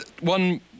One